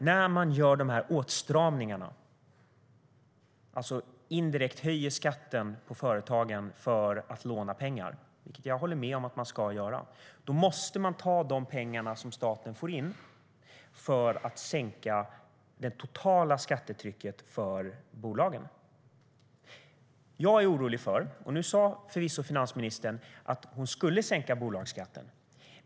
När man gör dessa åtstramningar och alltså indirekt höjer skatten på företagen för att låna pengar, vilket jag håller med om att man ska göra, måste man ta de pengar som staten får in för att sänka det totala skattetrycket för bolagen. Nu sa finansministern förvisso att hon skulle sänka bolagsskatten.